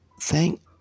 thank